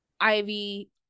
ivy